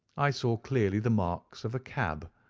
i saw clearly the marks of a cab,